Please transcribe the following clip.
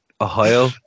Ohio